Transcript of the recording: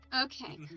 Okay